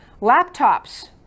Laptops